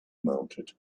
mounted